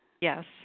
Yes